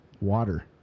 water